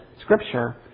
Scripture